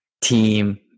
team